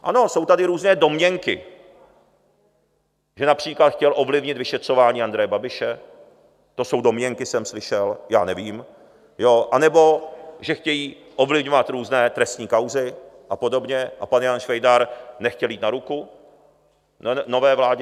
Ano, jsou tady různé domněnky, že například chtěl ovlivnit vyšetřování Andreje Babiše to jsou domněnky, jsem slyšel, já nevím, jo anebo že chtějí ovlivňovat různé trestní kauzy a podobně a pan Jan Švejdar nechtěl jít na ruku na nové vládě.